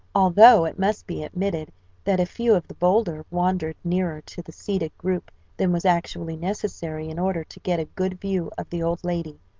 although it must be admitted that a few of the bolder wandered nearer to the seated group than was actually necessary in order to get a good view of the old lady,